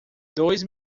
dois